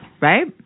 right